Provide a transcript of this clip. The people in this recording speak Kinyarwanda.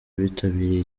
bitabiriye